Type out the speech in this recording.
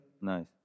Nice